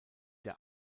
der